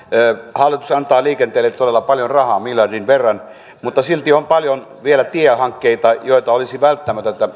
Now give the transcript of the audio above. hallitus antaa liikenteelle todella paljon rahaa miljardin verran mutta silti on paljon vielä tiehankkeita joita olisi välttämätöntä